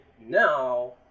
now